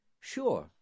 Sure